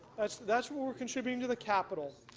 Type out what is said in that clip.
that's that's what we're contributing to the capital.